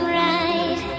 right